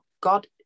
god